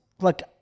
Look